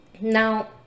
now